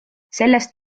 sellest